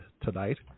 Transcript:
tonight